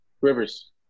Rivers